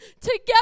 together